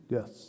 Yes